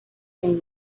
than